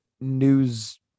news